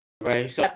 Right